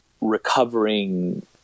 recovering